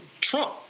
Trump